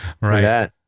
Right